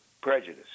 prejudice